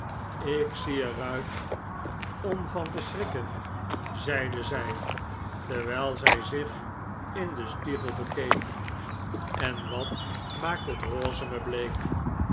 ik zie er uit om van te schrikken zeide zij terwijl zij zich in den spiegel bekeek en wat maakt dat rose me bleek